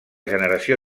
generació